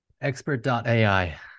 Expert.ai